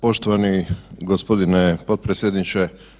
Poštovani gospodine potpredsjedniče.